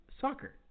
soccer